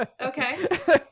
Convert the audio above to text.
Okay